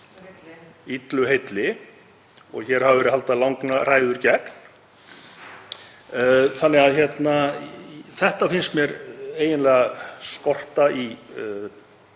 illu heilli, og hér hafa verið haldnar langar ræður gegn. Þetta finnst mér eiginlega skorta í